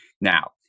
Now